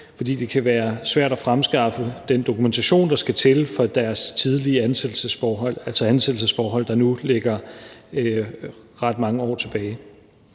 fordi det kan være svært at fremskaffe den dokumentation, der skal til, fra deres tidligere ansættelsesforhold, altså ansættelsesforhold, der nu ligger ret mange år tilbage.